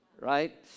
right